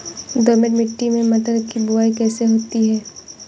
दोमट मिट्टी में मटर की बुवाई कैसे होती है?